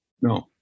no